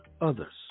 others